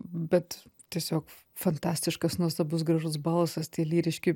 bet tiesiog fantastiškas nuostabus gražus balsas tie lyriški